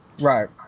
Right